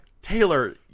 Taylor